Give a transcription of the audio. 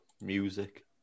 music